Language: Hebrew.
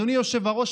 אדוני היושב-ראש,